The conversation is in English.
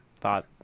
thought